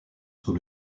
sous